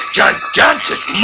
gigantic